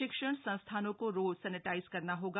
शिक्षण संस्थानों को रोज सैनिटाइज करना होगा